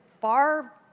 far